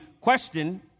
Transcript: question